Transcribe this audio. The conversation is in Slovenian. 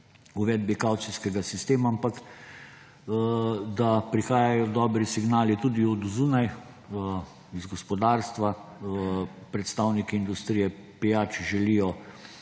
uvedbi kavcijskega sistema, ampak da prihajajo dobri signali tudi od zunaj, iz gospodarstva, predstavniki industrije pijač želijo